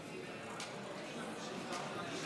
עם: 24 בעד,